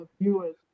viewers